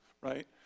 right